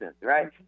right